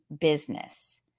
business